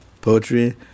poetry